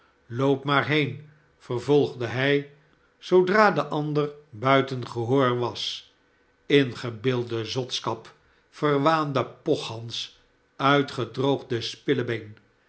loop maar heen vervolgde hij zoodra de ander buiten gehoor was singebeelde zotskap verwaande pochhans uitgedroogde